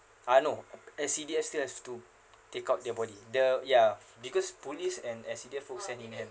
ah no S_C_D_F still has to take out their body the ya because police and S_C_D_F works hand in hand